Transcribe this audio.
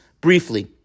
briefly